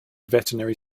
veterinary